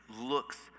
looks